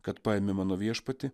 kad paėmė mano viešpatį